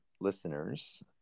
listeners